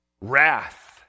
Wrath